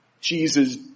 Jesus